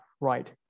right